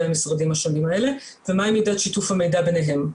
המשרדים השונים האלה ומהי מידת שיתוף הפעולה ביניהם.